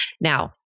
Now